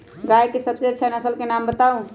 गाय के सबसे अच्छा नसल के नाम बताऊ?